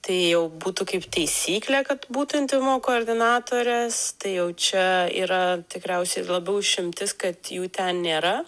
tai jau būtų kaip taisyklė kad būtų intymumo koordinatorės tai jau čia yra tikriausiai labiau išimtis kad jų ten nėra